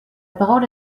parole